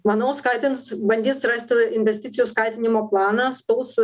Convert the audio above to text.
manau skatins bandys rasti investicijų skatinimo planą spaus